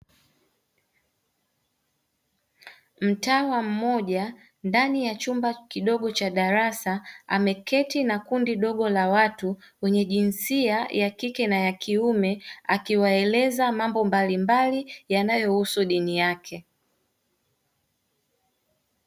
Mtawa mmoja ndani ya chumba kidogo cha darasa, ameketi na kundi dogo la watu wenye jinsia ya kike na ya kiume, akiwaeleza mambo mbalimbali yanayohusu dini yake.